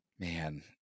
Man